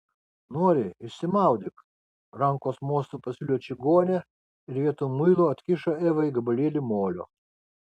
nori išsimaudyk rankos mostu pasiūlė čigonė ir vietoj muilo atkišo evai gabalėlį molio